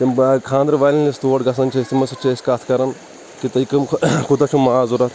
تِم بیٚیہِ خانٛدرٕ والیٚن أسۍ تور گژھان چھِ أسۍ تِمَن سٟتۍ چھِ أسۍ کَتھ کران تہٕ تُہۍ کَم کوتاہ چھِ ماز ضُروٗرت